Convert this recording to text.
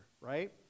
right